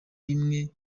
bimwe